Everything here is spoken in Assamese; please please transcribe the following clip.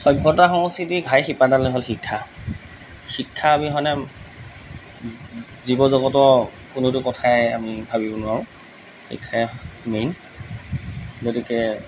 সভ্যতা সংস্কৃতিৰ ঘাই শিপাডালেই হ'ল শিক্ষা শিক্ষা অবিহনে জীৱ জগতৰ কোনোটো কথাই আমি ভাবিব নোৱাৰোঁ শিক্ষাই মেইন গতিকে